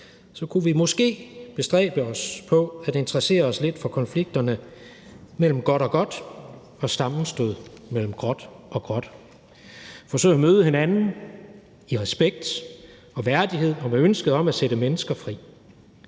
kunne vi måske bestræbe os på at interessere os lidt for konflikterne mellem godt og godt og sammenstødet mellem gråt og gråt, forsøge at møde hinanden i respekt og værdighed og med ønsket om at sætte mennesker fri.